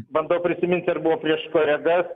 bandau prisiminti ar buvo prieš kolegas